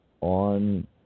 on